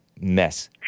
mess